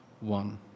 one